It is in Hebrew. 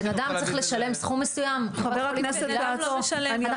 בן אדם צריך לשלם סכום מסוים --- חבר הכנסת כץ --- אנחנו